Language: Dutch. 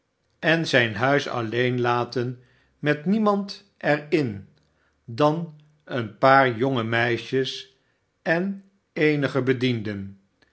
en zijn huis alleen laten met niemand er m dan een paar jonge meisjes en eenige bedienden